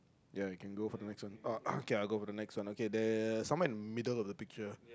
ya can go for the next one uh okay I'll go for the next one okay there somewhere in the middle of the picture